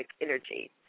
energy